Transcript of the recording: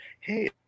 hey